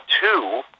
two